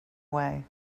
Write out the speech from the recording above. way